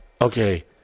Okay